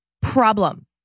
problem